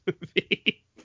movie